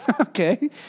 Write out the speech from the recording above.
Okay